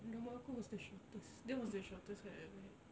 rambut aku was the shortest that was the shortest I ever had